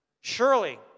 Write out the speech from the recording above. Surely